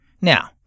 now